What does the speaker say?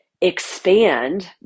expand